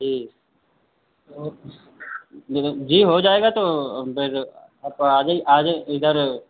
जी okay जी हो जाएगा तो फिर आब तो आ जाए आ जाएं इधर